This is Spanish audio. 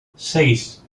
seis